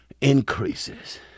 increases